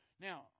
Now